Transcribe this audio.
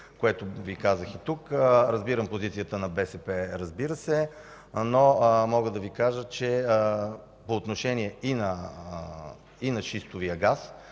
което казах и тук. Разбирам позицията на БСП, но мога да Ви кажа, че по отношение и на шистовия газ